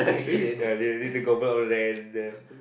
ya they they convert all there there